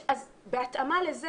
אז בהתאמה לזה,